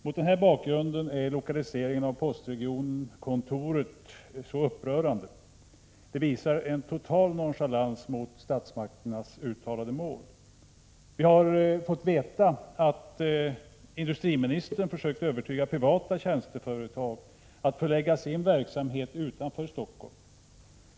Mot denna bakgrund är lokaliseringen av postregionkontoret upprörande. Detta visar en total nonchalans mot statsmakternas uttalade mål. Vi har fått veta att industriministern försökt övertyga privata tjänsteföretag om att de bör förlägga sin verksamhet utanför Stockholm.